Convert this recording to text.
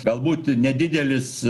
galbūt nedidelis